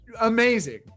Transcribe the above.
amazing